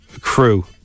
crew